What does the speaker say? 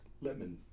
lemon